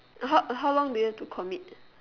h~ how long do you have to commit